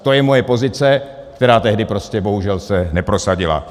To je moje pozice, která tehdy prostě bohužel se neprosadila.